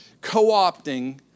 co-opting